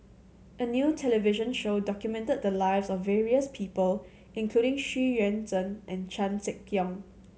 a new television show documented the lives of various people including Xu Yuan Zhen and Chan Sek Keong